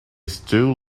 stood